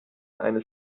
eines